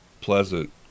pleasant